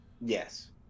Yes